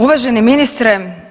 Uvaženi ministre.